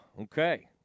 Okay